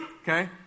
Okay